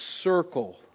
circle